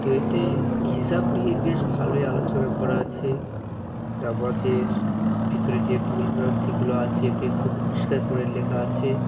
তো এতে হিজাব নিয়ে বেশ ভালোই আলোচনা করা আছে নামাজের ভিতরে যে ভুল ভ্রান্তিগুলো আছে এতে খুব পরিষ্কার করে লেখা আছে